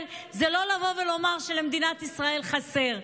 זה לא לבוא ולומר שלמדינת ישראל חסר.